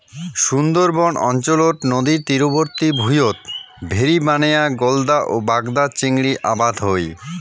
সুন্দরবন অঞ্চলত নদীর তীরবর্তী ভুঁইয়ত ভেরি বানেয়া গলদা ও বাগদা চিংড়ির আবাদ হই